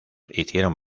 hicieron